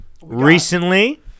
Recently